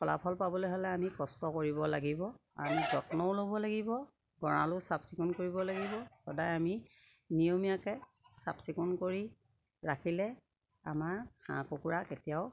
ফলাফল পাবলৈ হ'লে আমি কষ্ট কৰিব লাগিব আমি যত্নও ল'ব লাগিব গঁৰালো চাফ চিকুণ কৰিব লাগিব সদায় আমি নিয়মীয়াকে চাফ চিকুণ কৰি ৰাখিলে আমাৰ হাঁহ কুকুৰা কেতিয়াও